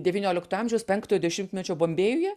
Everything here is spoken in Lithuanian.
devyniolikto amžiaus penktojo dešimtmečio bombėjuje